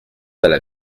alla